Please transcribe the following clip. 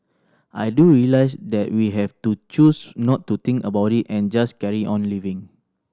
I do realise that we have to choose not to think about it and just carry on living